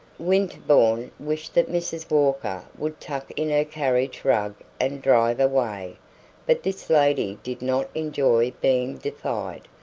winterbourne wished that mrs. walker would tuck in her carriage rug and drive away, but this lady did not enjoy being defied,